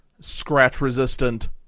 scratch-resistant